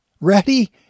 Ready